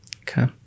Okay